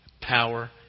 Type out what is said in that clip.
power